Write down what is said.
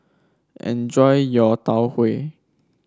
enjoy your Tau Huay